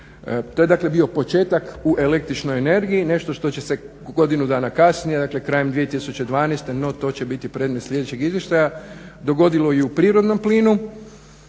dakle bio početak u električnoj energiji, nešto što će se godinu dana kasnije, dakle krajem 2012. no to će biti predmet sljedećeg izvješća, dogodilo i u prirodnom plinu